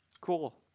cool